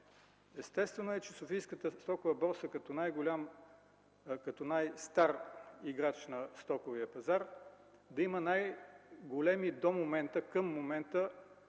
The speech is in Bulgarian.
Естествено е Софийската стокова борса, като най-стар играч на стоковия пазар, да има най-големи към момента